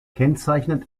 kennzeichnend